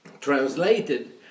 translated